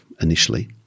initially